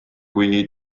kui